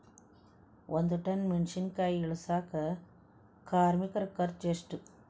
ಒಂದ್ ಟನ್ ಮೆಣಿಸಿನಕಾಯಿ ಇಳಸಾಕ್ ಕಾರ್ಮಿಕರ ಖರ್ಚು ಎಷ್ಟು?